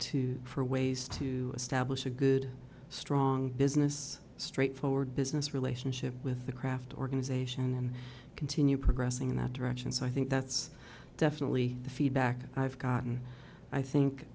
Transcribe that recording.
to for ways to establish a good strong business straightforward business relationship with the craft organization and continue progressing in that direction so i think that's definitely the feedback i've gotten i think